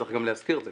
צריך גם להזכיר את זה,